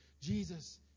Jesus